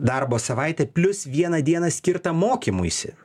darbo savaitę plius vieną dieną skirtą mokymuisi